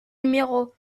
numéro